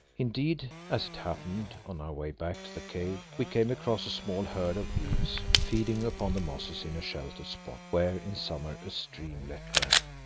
indeed, as it happened, on our way back to the cave we came across a small herd of ewes feeding upon the mosses in a sheltered spot where in summer a streamlet ran.